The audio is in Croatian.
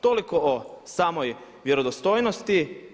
Toliko o samoj vjerodostojnosti.